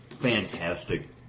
fantastic